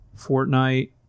Fortnite